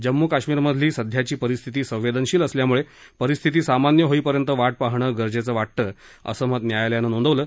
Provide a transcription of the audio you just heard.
जम्म् काश्मीरमधली सध्याची परिस्थिती संवेदनशील असल्याम्ळे परिस्थिती सामान्य होईपर्यंत वाट पाहणं गरजेचं वाटतं असं मत न्यायालयानं नोंदवलं